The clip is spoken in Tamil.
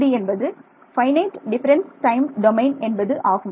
FDTD என்பது ஃபைனைட் டிஃபரன்ஸ் டைம் டொமைன் என்பது ஆகும்